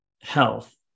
health